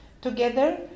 together